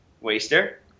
Waster